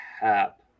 Hap